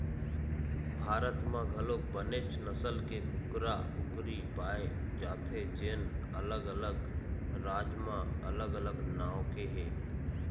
भारत म घलोक बनेच नसल के कुकरा, कुकरी पाए जाथे जेन अलग अलग राज म अलग अलग नांव के हे